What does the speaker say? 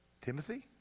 Timothy